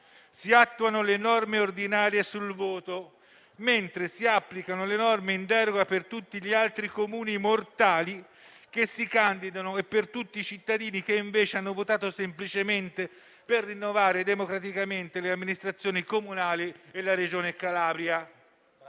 si attuano le norme ordinarie sul voto, mentre si applicano le norme in deroga per tutti gli altri comuni mortali che si candidano e per tutti i cittadini che invece hanno votato semplicemente per rinnovare democraticamente le amministrazioni comunali e la Regione Calabria.